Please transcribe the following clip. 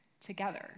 together